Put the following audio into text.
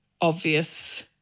Obvious